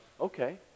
okay